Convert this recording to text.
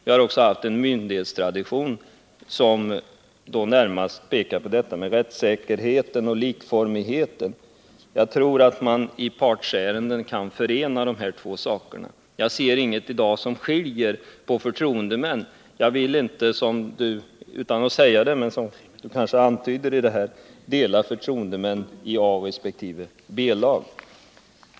Vi har också haft en myndighetstradition, som närmast tillgodosett kraven på rätssäkerhet och likformighet. Jag tror att mani partsärenden kan förena dessa båda traditioner. Jag ser i dag ingenting som skiljer när det gäller förtroendemän. Jag vill inte — som Gullan Lindblad gjorde utan att direkt säga det — dela in förtroendemännen i A och B-lag.